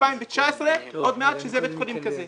בשנת 2019 שיהיה בית חולים כזה.